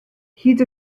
hyd